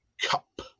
Cup